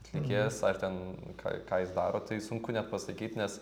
atlikėjas ar ten ką ką jis daro tai sunku net pasakyt nes